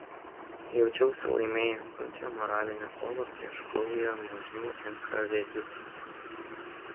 jaučiausi laimėjęs sunkią moralinę kovą prieš gaują nuožmių enkavėdistų